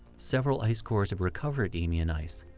several ice cores have recovered eemian ice,